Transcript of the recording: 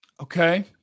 Okay